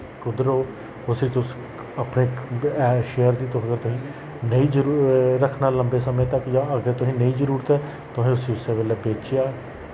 कुद्धर ओ उस्सी तुस अपने ऐप शेयर दी अगर तुसें नेईं जरुर रक्खना लंबे समें तक जां अग्गें तुसें गी नेईं जरुरत ऐ तुसैं उस्सी उस्सै वेल्लै बेचेआ